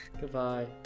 goodbye